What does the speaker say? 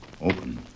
Open